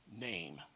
name